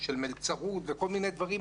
של מלצרות וכל מיני דברים,